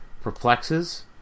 perplexes